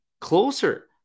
closer